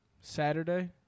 Saturday